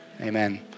amen